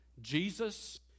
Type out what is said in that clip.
Jesus